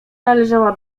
należała